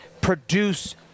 produce